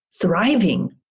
thriving